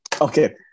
Okay